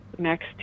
next